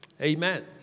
amen